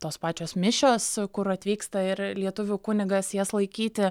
tos pačios mišios kur atvyksta ir lietuvių kunigas jas laikyti